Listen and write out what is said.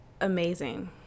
amazing